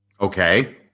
Okay